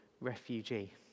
refugee